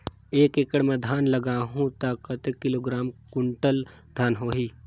एक एकड़ मां धान लगाहु ता कतेक किलोग्राम कुंटल धान होही?